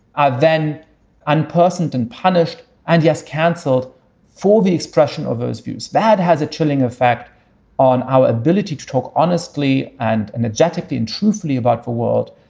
ah then unpleasant and punished and yes, cancelled for the expression of those views. bad has a chilling effect on our ability to talk honestly and energetically intensely about the world.